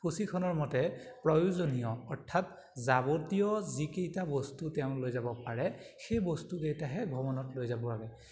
সূচীখনৰ মতে প্ৰয়োজনীয় অৰ্থাৎ যাৱতীয় যিকেইটা বস্তু তেওঁ লৈ যাব পাৰে সেই বস্তুকেইটাহে ভ্ৰমণত লৈ যাব লাগে